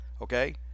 okay